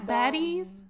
Baddies